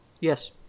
Yes